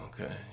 okay